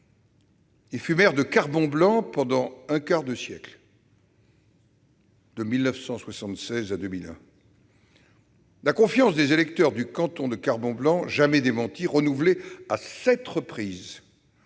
Il fut maire de Carbon-Blanc pendant un quart de siècle, de 1976 à 2001. La confiance des électeurs du canton de Carbon-Blanc, jamais démentie, renouvelée à sept reprises,